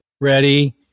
Ready